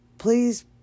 Please